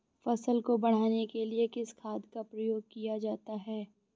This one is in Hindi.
फसल को बढ़ाने के लिए किस खाद का प्रयोग किया जाता है?